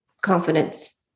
Confidence